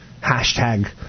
Hashtag